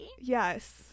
Yes